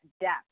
depth